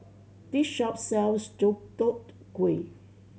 this shop sells Deodeok Gui